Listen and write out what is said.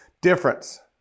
difference